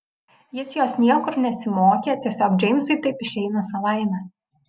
jis jos niekur nesimokė tiesiog džeimsui taip išeina savaime